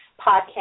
podcast